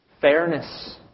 fairness